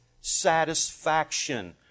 satisfaction